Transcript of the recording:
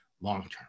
long-term